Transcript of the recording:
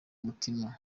mutima